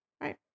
Right